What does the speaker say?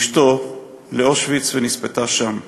ואשתו, לאושוויץ, ונספתה שם.